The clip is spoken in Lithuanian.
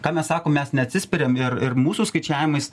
ką mes sakome mes neatsispiriam ir ir mūsų skaičiavimais